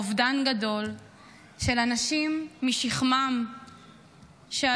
אובדן גדול של אנשים משכמם ומעלה,